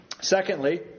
Secondly